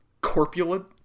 corpulent